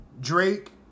Drake